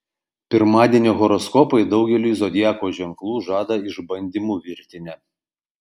pirmadienio horoskopai daugeliui zodiako ženklų žada išbandymų virtinę